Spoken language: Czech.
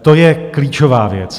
To je klíčová věc.